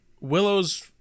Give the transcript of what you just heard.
Willow's